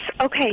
okay